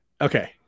Okay